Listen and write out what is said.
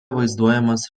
vaizduojamas